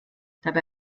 dabei